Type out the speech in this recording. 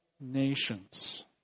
nations